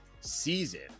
season